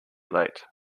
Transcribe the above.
late